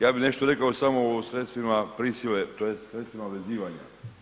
Ja bi nešto rekao samo o sredstvima prisile, tj. o sredstvima vezivanja.